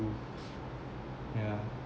yeah